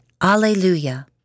Alleluia